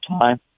time